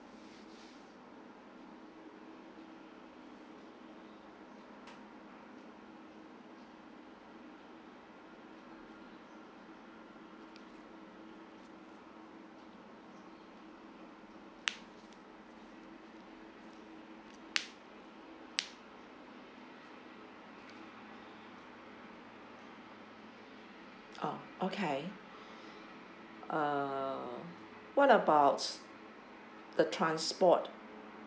oh okay uh what about the transport